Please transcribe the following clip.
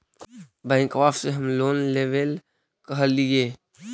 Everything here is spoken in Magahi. बैंकवा से हम लोन लेवेल कहलिऐ?